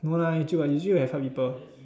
no lah you still have you still got help people